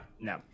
no